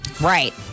right